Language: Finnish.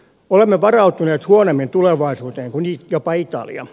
olemme varautuneet huonommin tulevaisuuteen kuin jopa italia